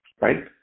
right